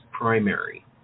primary